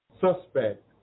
suspect